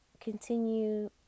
continue